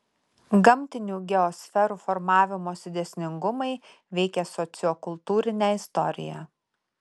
gamtinių geosferų formavimosi dėsningumai veikia sociokultūrinę istoriją